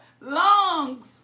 lungs